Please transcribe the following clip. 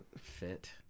fit